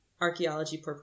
archaeology